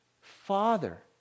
Father